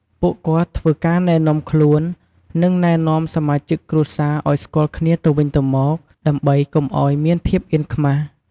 ពួកគាត់ធ្វើការណែនាំខ្លួន និង ណែនាំសមាជិកគ្រួសារឲ្យស្គាល់គ្នាទៅវិញទៅមក ដើម្បីកុំឲ្យមានភាពអៀនខ្មាស។